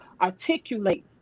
articulate